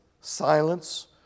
silence